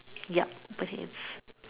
yup okay